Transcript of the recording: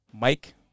Mike